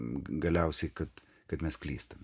galiausiai kad kad mes klystame